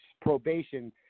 probation